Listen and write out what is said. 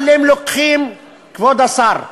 אבל אם לוקחים, כבוד השר,